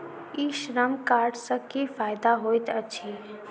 ई श्रम कार्ड सँ की फायदा होइत अछि?